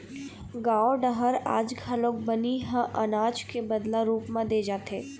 गाँव डहर आज घलोक बनी ह अनाज के बदला रूप म दे जाथे